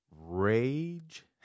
rage